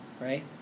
right